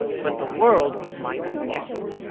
but the world might guess it,